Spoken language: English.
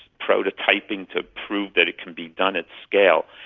prototyping to prove that it can be done at scale.